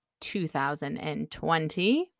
2020